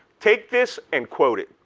take this and quote it.